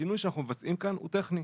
השינוי שאנחנו מבצעים כאן הוא טכני.